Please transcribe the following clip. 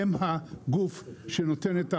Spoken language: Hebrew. הם הגוף שנותן את ההסברה.